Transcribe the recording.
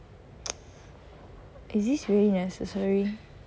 is this really necessary